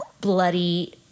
bloody